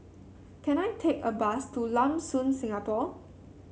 can I take a bus to Lam Soon Singapore